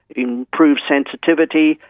improve sensitivity,